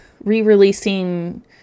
re-releasing